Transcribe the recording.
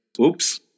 oops